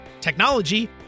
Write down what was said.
technology